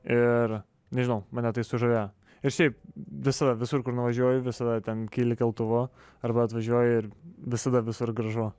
ir nežinau mane tai sužavėjo ir šiaip visada visur kur nuvažiuoju visada ten kyli keltuvu arba atvažiuoji ir visada visur gražu